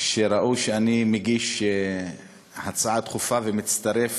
כשראו שאני מגיש הצעה דחופה ומצטרף